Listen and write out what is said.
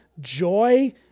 joy